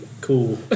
cool